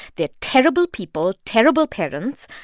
they're terrible people, terrible parents.